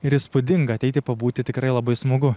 ir įspūdinga ateiti pabūti tikrai labai smagu